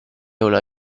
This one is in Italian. una